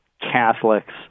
Catholics